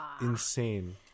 insane